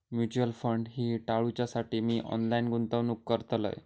mutual fund fee टाळूच्यासाठी मी online गुंतवणूक करतय